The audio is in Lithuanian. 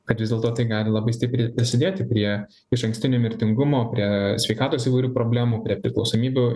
kad vis dėlto tai gali labai stipriai prisidėti prie išankstinio mirtingumo prie sveikatos įvairių problemų prie priklausomybių